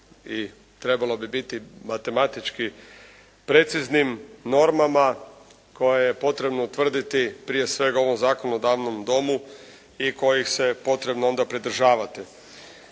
i trebalo bi biti matematički preciznim normama koje je potrebno utvrditi prije svega u ovom zakonodavnom domu i kojih se potrebno onda pridržavati.